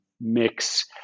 mix